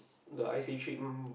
the eye seek treatment